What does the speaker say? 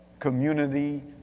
community,